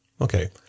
okay